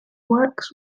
works